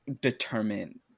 determine